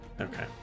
Okay